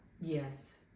Yes